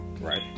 Right